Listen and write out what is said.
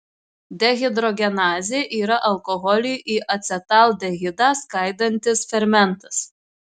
dehidrogenazė yra alkoholį į acetaldehidą skaidantis fermentas